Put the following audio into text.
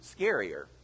scarier